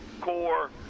core